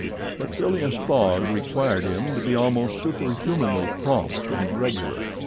but phileas fogg required him to be almost superhumanly prompt and regular.